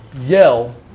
yell